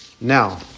now